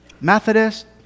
Methodist